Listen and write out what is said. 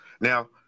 Now